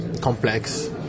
complex